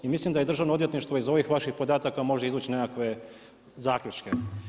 I mislim da je Državno odvjetništvo iz ovih vaših podataka može izvući nekakve zaključke.